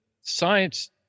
science